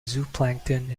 zooplankton